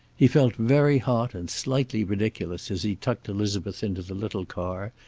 he felt very hot and slightly ridiculous as he tucked elizabeth into the little car,